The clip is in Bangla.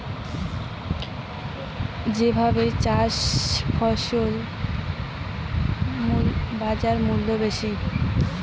জৈবভাবে চাষ করা ফছলত বাজারমূল্য বেশি